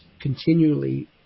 continually